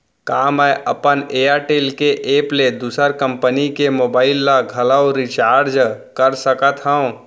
का मैं अपन एयरटेल के एप ले दूसर कंपनी के मोबाइल ला घलव रिचार्ज कर सकत हव?